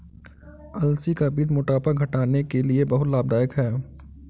अलसी का बीज मोटापा घटाने के लिए बहुत लाभदायक है